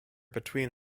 between